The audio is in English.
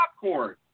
Popcorn